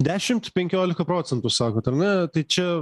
dešimt penkiolika procentų sakot ar ne tai čia